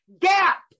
gap